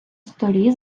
столі